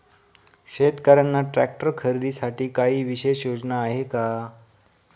शेतकऱ्यांना ट्रॅक्टर खरीदीसाठी काही विशेष योजना आहे का?